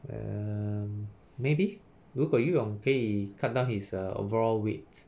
um maybe 如果游泳 can cut down his overall weight